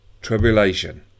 tribulation